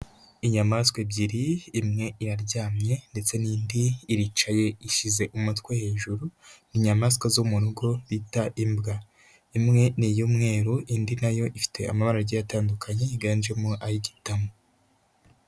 Inyamaswa ebyiri, imwe yaryamye ndetse n'indi iricaye ishyize umutwe hejuru, inyamaswa zo mu rugo bita imbwa. Imwe ni iy'umweru, indi na yo ifite amabara agiye atandukanye yiganjemo ay'igitamu.